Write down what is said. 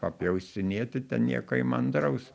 papjaustinėti ten nieko įmantraus